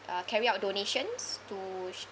uh carry out donations to